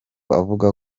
avuga